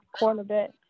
cornerback